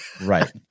right